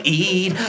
eat